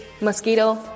mosquito